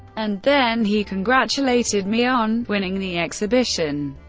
and then he congratulated me on winning the exhibition.